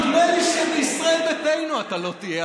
נדמה לי שבישראל ביתנו אתה לא תהיה,